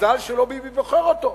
מזל שלא ביבי בוחר אותו.